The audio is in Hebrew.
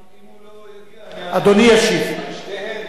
אם הוא לא יגיע אני אשיב על שתיהן,